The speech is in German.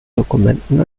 dokumenten